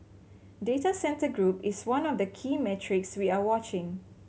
data centre group is one of the key metrics we are watching